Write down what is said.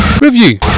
Review